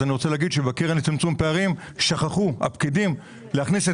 אני רוצה להגיד שבקרן לצמצום פערים הפקידים שכחו להכניס את